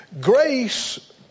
Grace